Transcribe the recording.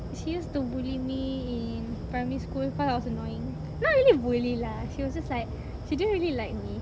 she used to bully me in primary school cause I was annoying not really bully lah she was just like she didn't really like me